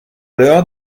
dehors